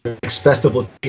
festival